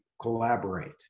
collaborate